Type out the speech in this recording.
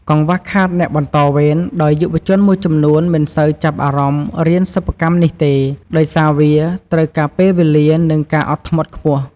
កង្វះខាតអ្នកបន្តវេន ដោយយុវជនមួយចំនួនមិនសូវចាប់អារម្មណ៍រៀនសិប្បកម្មនេះទេ ដោយសារវាត្រូវការពេលវេលា និងការអត់ធ្មត់ខ្ពស់។